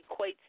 equates